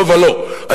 לא ולא.